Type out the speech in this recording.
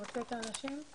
רשות החברות זה חסאן טאופרה.